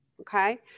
okay